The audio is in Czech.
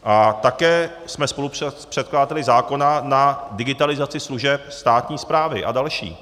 A také jsme spolupředkladateli zákona na digitalizaci služeb státní správy a dalších.